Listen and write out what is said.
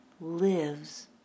lives